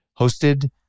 hosted